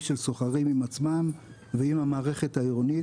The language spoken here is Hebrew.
של סוחרים עם עצמם ועם המערכת העירונית,